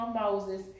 Moses